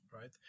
Right